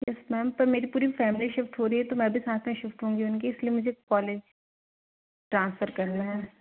yes ma'am तो मेरी पूरी फैमिली शिफ्ट हो रही है तो मैं भी साथ में शिफ्ट होंगी उनके इस लिए मुझे कॉलेज ट्रांसफर करना है